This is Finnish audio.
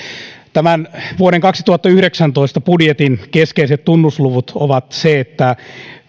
tämän vuoden kaksituhattayhdeksäntoista budjetin keskeiset tunnusluvut ovat että